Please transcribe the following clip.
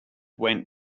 went